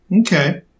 okay